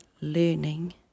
learning